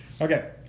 Okay